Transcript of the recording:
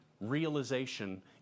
realization